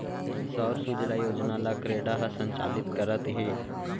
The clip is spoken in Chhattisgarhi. सौर सूजला योजना ल क्रेडा ह संचालित करत हे